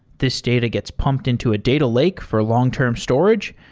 this data gets pumped into a data lake for long-term storage,